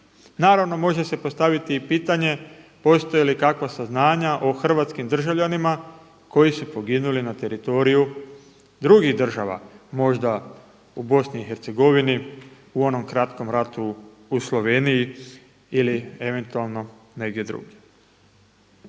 Naravno može se postaviti i pitanje postoje li kakva saznanja o hrvatskim državljanima koji su poginuli na teritoriju drugih država, možda u BiH u onom kratkom ratu u Sloveniji ili eventualno negdje drugdje.